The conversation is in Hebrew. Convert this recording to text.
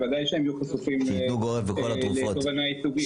בוודאי שהם יהיו חשופים לתובענה ייצוגית.